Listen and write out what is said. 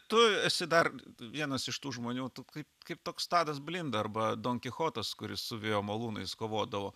tu esi dar vienas iš tų žmonių tu kaip kaip toks tadas blinda arba donkichotas kuris su vėjo malūnais kovodavo